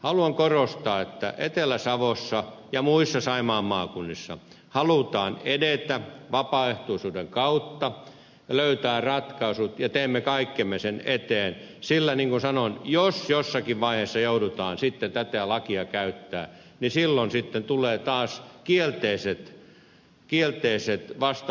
haluan korostaa että etelä savossa ja muissa saimaan maakunnissa halutaan edetä vapaaehtoisuuden kautta ja löytää ratkaisut ja teemme kaikkemme sen eteen sillä niin kuin sanoin jos jossakin vaiheessa joudutaan sitten tätä lakia käyttämään niin silloin tulee taas kielteiset vastavaikuttimet